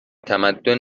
تمدن